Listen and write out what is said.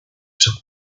took